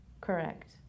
Correct